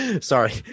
Sorry